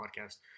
podcast